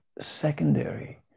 secondary